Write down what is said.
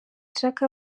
chaka